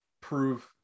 prove